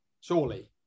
surely